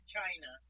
China